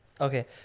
Okay